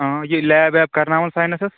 آ یہِ لَیب وَیٚب کرناوَان سایِنَسَس